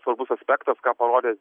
svarbus aspektas ką parodė